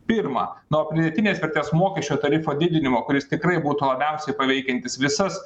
pirma nuo pridėtinės vertės mokesčio tarifo didinimo kuris tikrai būtų labiausiai paveikiantis visas